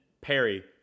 Perry